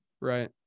Right